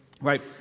right